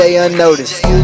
unnoticed